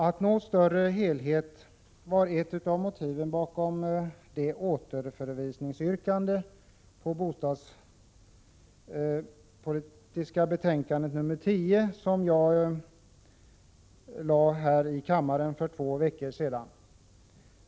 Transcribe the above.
Att åstadkomma en större helhet var ett av motiven bakom det yrkande om Ååterförvisning av det bostadspolitiska betänkandet nr 10 som jag framställde här i kammaren för två veckor sedan.